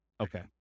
Okay